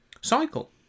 cycle